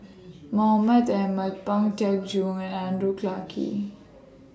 Mahmud Ahmad Pang Teck Joon and Andrew Clarke